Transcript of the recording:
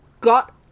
got